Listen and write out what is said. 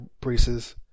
braces